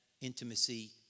intimacy